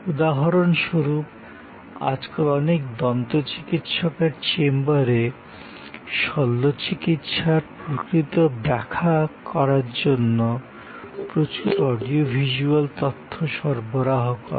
উদাহরণ স্বরূপ আজকাল অনেক দন্তচিকিৎসকের চেম্বারে শল্য চিকিৎসার প্রকৃতি ব্যাখ্যা করার জন্য প্রচুর অডিও ভিজ্যুয়াল তথ্য সরবরাহ করা হয়